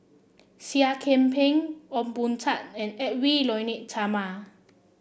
Seah Kian Peng Ong Boon Tat and Edwy Lyonet Talma